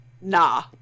nah